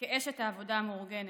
כאשת העבודה המאורגנת,